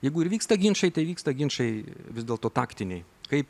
jeigu ir vyksta ginčai tai vyksta ginčai vis dėlto taktiniai kaip